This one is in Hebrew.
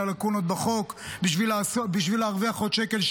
לקונות בחוק בשביל להרוויח עוד שקל,